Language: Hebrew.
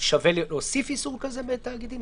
שווה להוסיף איסור כזה בתאגידים?